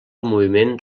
moviment